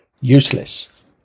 useless